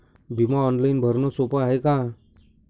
बिमा ऑनलाईन भरनं सोप हाय का?